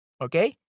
Okay